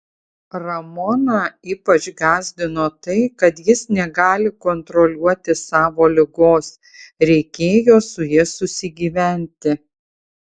ramoną ypač gąsdino tai kad jis negali kontroliuoti savo ligos reikėjo su ja susigyventi